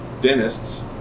dentists